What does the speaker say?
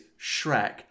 Shrek